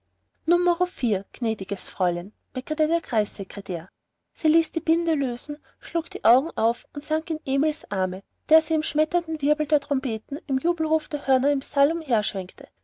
gnädiges fräulein meckerte der kreissekretär sie ließ die binde lösen sie schlug die augen auf und sank in emils arme der sie im schmetternden wirbel der trompeten im jubelruf der hörner im